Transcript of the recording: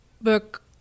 book